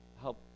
Help